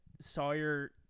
Sawyer